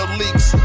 leaks